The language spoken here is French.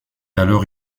alors